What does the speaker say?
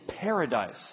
paradise